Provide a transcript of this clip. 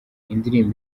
indirimbo